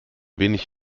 wenig